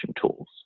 tools